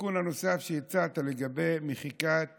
התיקון הנוסף שהצעת לגבי מחיקת